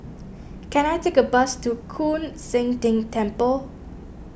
can I take a bus to Koon Seng Ting Temple